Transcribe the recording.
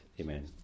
Amen